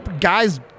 guys